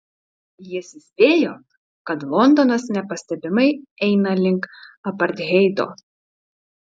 jis įspėjo kad londonas nepastebimai eina link apartheido